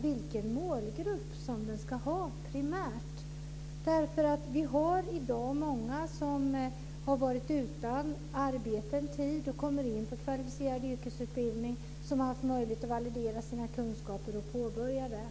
Vilken målgrupp ska utbildningen ha primärt? I dag finns det många som har varit utan arbete en tid och som kommer in på en kvalificerad yrkesutbildning. De har haft möjlighet att få sina kunskaper validerade och har påbörjat utbildningen.